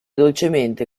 dolcemente